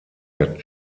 der